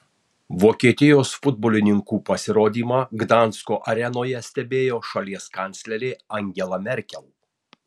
vokietijos futbolininkų pasirodymą gdansko arenoje stebėjo šalies kanclerė angela merkel